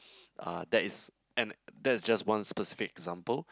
uh that is and that is just one specific example